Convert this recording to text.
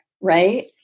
right